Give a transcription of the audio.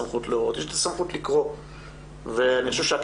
אני יודע שאין לי את הסמכות להורות אבל יש לי סמכות לקרוא.